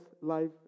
life